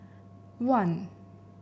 one